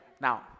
Now